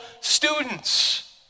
students